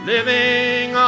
living